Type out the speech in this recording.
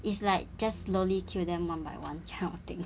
it's like just slowly kill them one by one kind of thing